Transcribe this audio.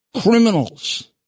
criminals